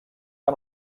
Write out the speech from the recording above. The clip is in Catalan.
amb